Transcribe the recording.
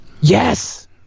Yes